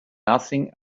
nothing